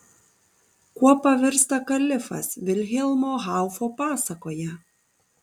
kuo pavirsta kalifas vilhelmo haufo pasakoje